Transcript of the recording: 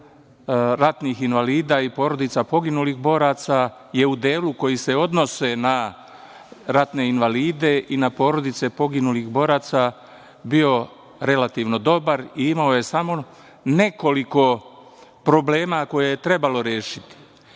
ratnih invalida i porodica poginulih boraca je u delu koji se odnose na ratne invalide i na porodice poginulih boraca bio relativno dobar i imao je samo nekoliko problema koje je trebalo rešiti. Ovim